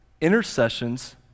intercessions